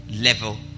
level